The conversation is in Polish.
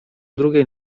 drugiej